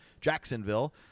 Jacksonville